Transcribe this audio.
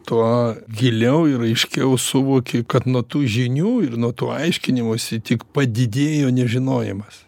tuo giliau ir aiškiau suvoki kad nuo tų žinių ir nuo to aiškinimosi tik padidėjo nežinojimas